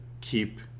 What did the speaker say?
keep